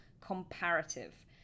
Comparative